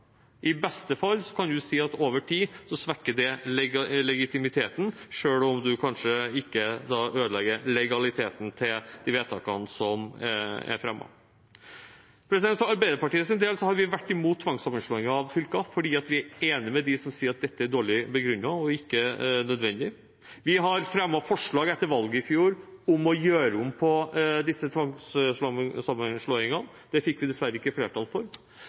I beste fall kan man si at over tid svekker det legitimiteten, selv om man kanskje ikke ødelegger legaliteten til de vedtakene som er fattet. For Arbeiderpartiets del har vi vært imot tvangssammenslåing av fylker fordi vi er enig med dem som sier at dette er dårlig begrunnet og ikke nødvendig. Vi har fremmet forslag etter valget i fjor om å gjøre om på disse tvangssammenslåingene. Det fikk vi dessverre ikke flertall for.